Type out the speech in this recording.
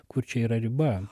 kur čia yra riba